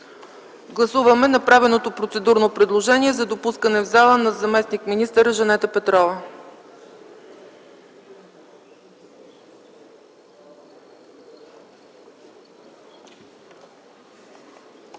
Гласуваме направеното процедурно предложение за допускане в зала на заместник-министър Жанета Петрова.